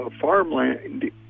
farmland